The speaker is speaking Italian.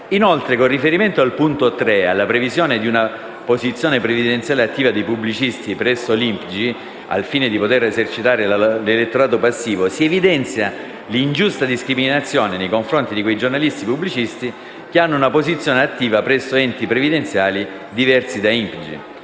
Inoltre, con riferimento al punto 3 e alla previsione di una posizione previdenziale attiva dei pubblicisti presso l'INPGI al fine di poter esercitare l'elettorato passivo, si evidenzia l'ingiusta discriminazione nei confronti di quei giornalisti pubblicisti che hanno una posizione attiva presso enti previdenziali diversi da INPGI.